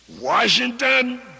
Washington